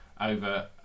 over